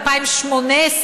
כבר 2018,